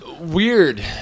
Weird